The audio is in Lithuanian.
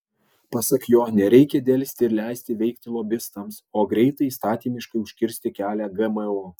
pasak jo nereikia delsti ir leisti veikti lobistams o greitai įstatymiškai užkirsti kelią gmo